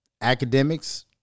academics